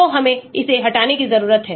तो हमें इसे हटाने की जरूरत है